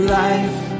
life